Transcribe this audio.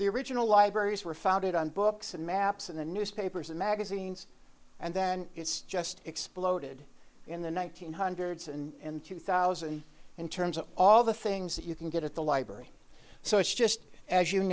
the original libraries were founded on books and maps and the newspapers and magazines and then it's just exploded in the one nine hundred and two thousand and terms all the things that you can get at the library so it's just as you